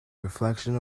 reflection